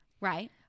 right